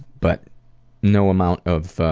but no amount of i